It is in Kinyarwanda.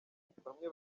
bamwe